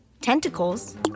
tentacles